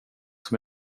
som